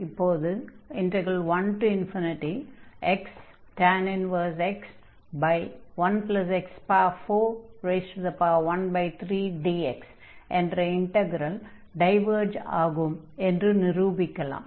இப்போது 1xx 1x413dx என்ற integral diverge ஆகும் என்று நிரூபிக்கலாம்